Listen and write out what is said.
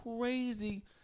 crazy